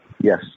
Yes